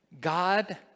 God